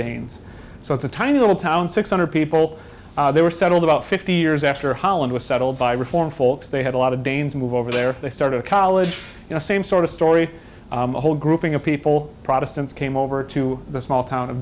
danes so it's a tiny little town six hundred people there were settled about fifty years after holland was settled by reform folks they had a lot of danes move over there they started college you know same sort of story the whole grouping of people protestants came over to the small town